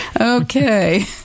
okay